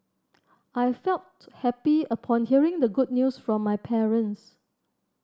I felt happy upon hearing the good news from my parents